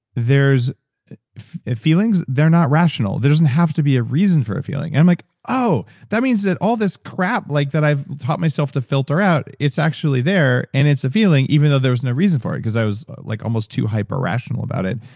feelings, they're not rational. there doesn't have to be a reason for a feeling. i'm like, oh, that means that all this crap like that i've taught myself to filter out, it's actually there, and it's a feeling, even though there was no reason for it, because i was like almost too hyper-rational about it.